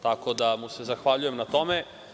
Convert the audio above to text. Tako da mu se zahvaljujem na tome.